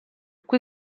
cui